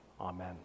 Amen